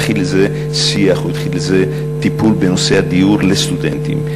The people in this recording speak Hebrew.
התחיל איזה שיח או טיפול בנושא הדיור לסטודנטים?